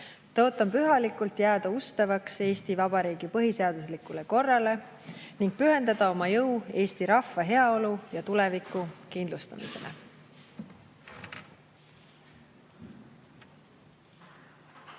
Tõotan pühalikult jääda ustavaks Eesti Vabariigi põhiseaduslikule korrale ning pühendada oma jõu eesti rahva heaolu ja tuleviku kindlustamisele. Palun